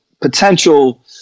potential